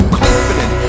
confident